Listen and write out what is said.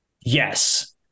Yes